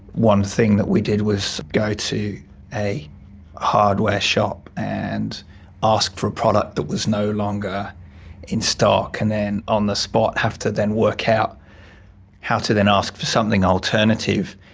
one thing that we did was go to a hardware shop and ask for a product that was no longer in stock and then on-the-spot have to then work out how to then ask for something alternative.